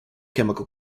chemical